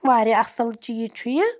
واریاہ اَصٕل چیٖز چھُ یہِ